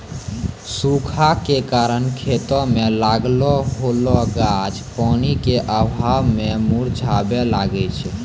सूखा के कारण खेतो मे लागलो होलो गाछ पानी के अभाव मे मुरझाबै लागै छै